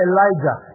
Elijah